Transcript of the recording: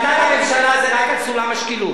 החלטת הממשלה זה רק סולם השקילות.